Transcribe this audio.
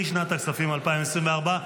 לשנת הכספים 2024,